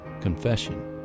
confession